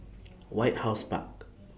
White House Park